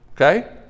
okay